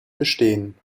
bestehen